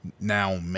now